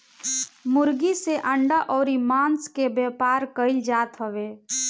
मुर्गी से अंडा अउरी मांस के व्यापार कईल जात हवे